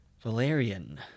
valerian